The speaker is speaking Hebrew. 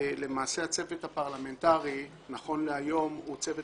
למעשה הצוות הפרלמנטרי נכון להיום הוא צוות